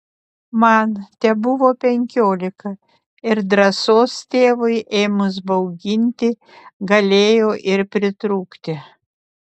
man tebuvo penkiolika ir drąsos tėvui ėmus bauginti galėjo ir pritrūkti